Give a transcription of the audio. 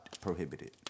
prohibited